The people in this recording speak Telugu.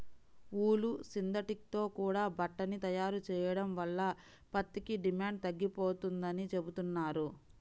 ఊలు, సింథటిక్ తో కూడా బట్టని తయారు చెయ్యడం వల్ల పత్తికి డిమాండు తగ్గిపోతందని చెబుతున్నారు